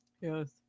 Yes